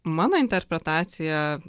mano interpretacija